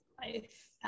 life